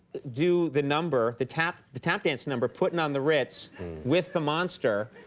do the number, the tap the tap dance number, puttin' on the ritz with the monster,